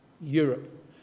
Europe